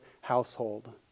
household